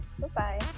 Goodbye